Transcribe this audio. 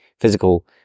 Physical